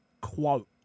quote